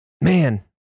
man